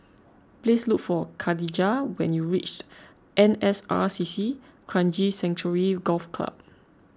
please look for Kadijah when you reach N S R C C Kranji Sanctuary Golf Club